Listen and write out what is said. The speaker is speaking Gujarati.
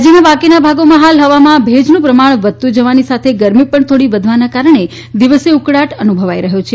રાજ્યના બાકીના ભાગોમાં હાલ હવામાં ભેજનું પ્રમાણ વધતું જવાની સાથે ગરમી પણ થોડી વધવાના કારણે દિવસે ઉકળાટ અનુભવાઇ રહ્યો છે